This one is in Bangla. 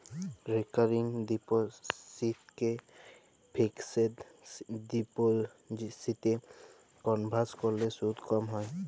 রেকারিং ডিপসিটকে ফিকসেড ডিপসিটে কলভার্ট ক্যরলে সুদ ক্যম হ্যয়